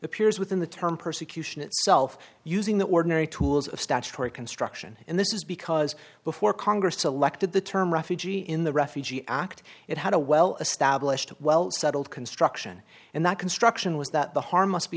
appears within the term persecution itself using the ordinary tools of statutory construction and this is because before congress selected the term refugee in the refugee act it had a well established well settled construction and that construction was that the harm must be